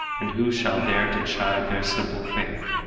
and who shall dare to chide their simple faith?